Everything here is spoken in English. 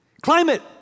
Climate